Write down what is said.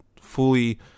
fully